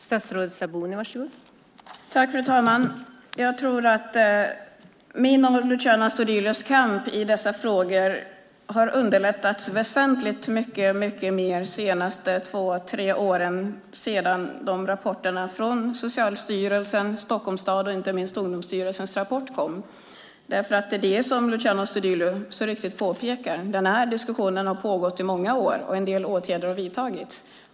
Fru talman! Jag tror att min och Luciano Astudillos kamp i dessa frågor har underlättats väsentligt de senaste två tre åren sedan rapporterna från Socialstyrelsen, Stockholms stad och inte minst från Ungdomsstyrelsen kom. Som Luciano Astudillo så riktigt påpekar har den här diskussionen pågått i många år, och en del åtgärder har vidtagits.